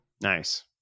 Nice